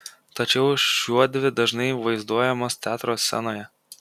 tačiau šiuodvi dažnai vaizduojamos teatro scenoje